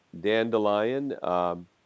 Dandelion